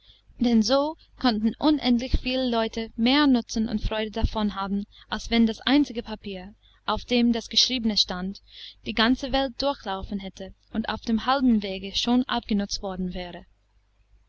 denn so konnten unendlich viel leute mehr nutzen und freude davon haben als wenn das einzige papier auf dem das geschriebene stand die ganze welt durchlaufen hätte und auf dem halben wege schon abgenutzt worden wäre